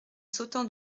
sautant